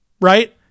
right